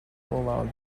allow